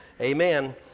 Amen